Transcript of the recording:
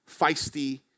feisty